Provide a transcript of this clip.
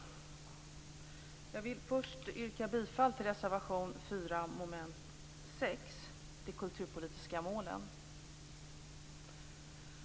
Jag vill först yrka bifall till reservation 4 under mom. 6, de kulturpolitiska målen.